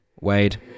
Wade